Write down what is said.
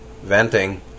venting